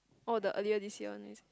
oh the earlier this year one is it